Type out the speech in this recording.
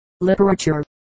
literature